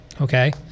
okay